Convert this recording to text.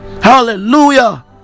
Hallelujah